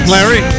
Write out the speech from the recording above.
Larry